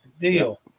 deal